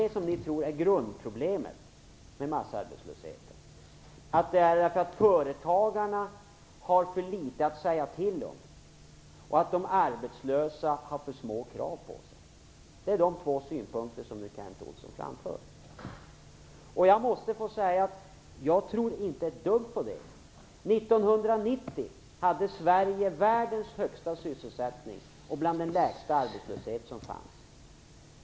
Tror ni att grundproblemet med massarbetslösheten är att företagarna har för litet att säga till om och att de arbetslösa har för små krav på sig? Det är de två synpunkter som Kent Olsson nu framför. Jag tror inte ett dugg på det. 1990 hade Sverige världens högsta sysselsättning och bland de lägsta arbetslöshetstalen som fanns.